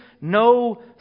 no